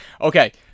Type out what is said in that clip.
Okay